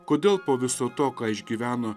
kodėl po viso to ką išgyveno